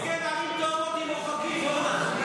הסכם ערים תאומות עם אופקים, אורנה.